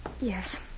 Yes